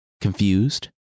Confused